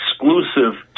exclusive